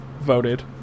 voted